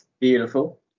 beautiful